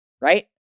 right